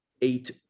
eight